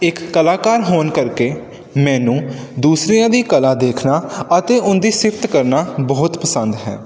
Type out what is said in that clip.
ਇੱਕ ਕਲਾਕਾਰ ਹੋਣ ਕਰਕੇ ਮੈਨੂੰ ਦੂਸਰਿਆਂ ਦੀ ਕਲਾ ਦੇਖਣਾ ਅਤੇ ਉਹਦੀ ਸਿਫ਼ਤ ਕਰਨਾ ਬਹੁਤ ਪਸੰਦ ਹੈ